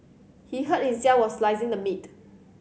he hurt himself while slicing the meat